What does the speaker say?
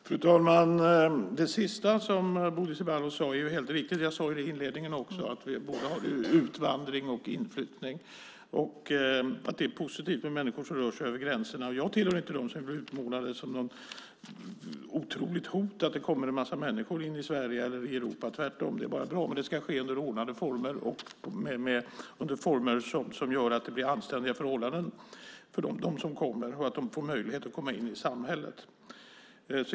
Fru talman! Det sista som Bodil Ceballos sade är helt riktigt. Jag sade också i min inledning att vi har både utvandring och inflyttning och att det är positivt med människor som rör sig över gränserna. Jag tillhör inte dem som utmålar det som något otroligt hot att det kommer människor hit till Sverige eller till Europa. Tvärtom är det bara bra. Det ska ske under ordnade former och under former som innebär anständiga förhållanden för dem som kommer och att de får möjlighet att komma in i samhället.